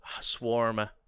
swarm